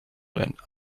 and